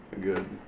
Good